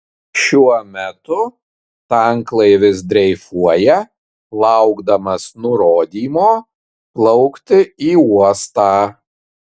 šiuo metu tanklaivis dreifuoja laukdamas nurodymo plaukti į uostą